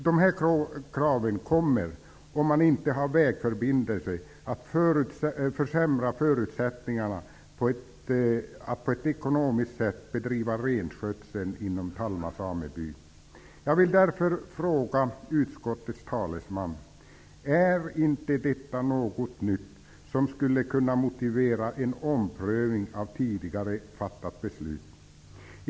De här kraven kommer, om man inte har vägförbindelse, att försämra förutsättningarna för att på ett ekonomiskt sätt bedriva renskötseln inom Talma sameby. Jag vill därför fråga utskottets talesman: Är inte detta förhållande något nytt som skulle motivera en omprövning av tidigare fattat beslut?